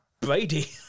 Brady